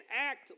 act